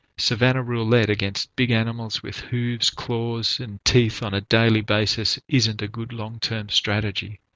savannah roulette against big animals with hooves, claws, and teeth on a daily basis isn't a good long term strategy.